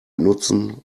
nutzen